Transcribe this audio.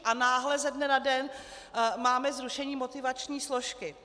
A náhle ze dne na den máme zrušení motivační složky.